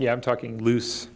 yeah i'm talking loose